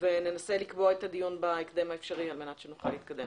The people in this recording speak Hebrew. וננסה לקבוע את הדיון בהקדם האפשרי על מנת שנוכל להתקדם.